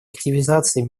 активизации